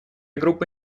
группа